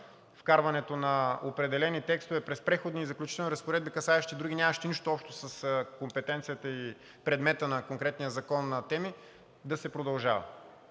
вкарването на определени текстове през Преходните и заключителните разпоредби, касаещи други, нямащи нищо общо с компетенцията и предмета на конкретния закон теми, да се продължава.